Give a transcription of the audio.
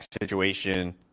situation